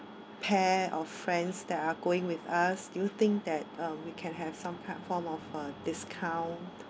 pair of friends that are going with us do you think that we can have some kind form of a discount